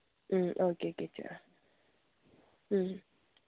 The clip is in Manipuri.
ꯎꯝ ꯑꯣꯀꯦ ꯑꯣꯀꯦ ꯆꯣ ꯎꯝ